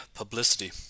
publicity